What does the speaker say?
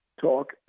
talk